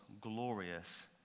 glorious